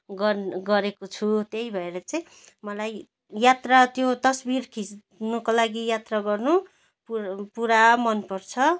गर् गरेको छु त्यही भएर चाहिँ मलाई यात्रा त्यो तस्बिर खिच्नुको लागि यात्रा गर्नु पुरा पुरा मन पर्छ